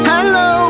Hello